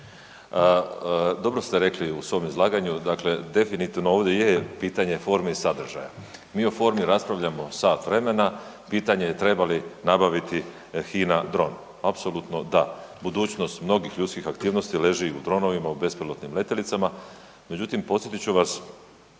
Dobro ste rekli u svom izlaganju, dakle definitivno ovdje je pitanje forme i sadržaja. Mi o formi raspravljamo sat vremena, pitanje je treba li nabaviti Hina dron, apsolutno da. Budućnost mnogih ljudskih aktivnosti leži u dronovima, u bespilotnim letjelicama. Međutim, podsjetit ću vas,